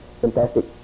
fantastic